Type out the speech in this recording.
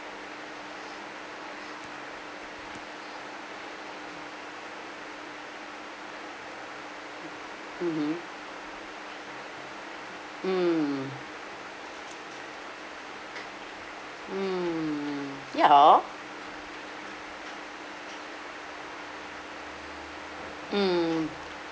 mmhmm mm mm ya mm